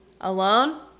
alone